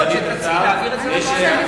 שתציעי להעביר את זה לוועדה.